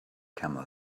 camel